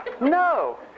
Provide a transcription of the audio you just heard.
No